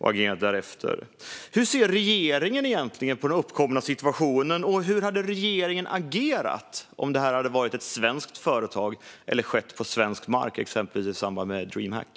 Hur ser regeringen på den uppkomna situationen, och hur hade regeringen agerat om detta hade varit ett svenskt företag eller om det skett på svensk mark, exempelvis i samband med Dreamhack?